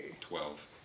Twelve